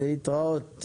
להתראות.